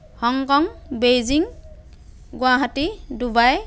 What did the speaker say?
Hong Kong Beijing Guwahati Dubai